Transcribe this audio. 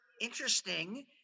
interesting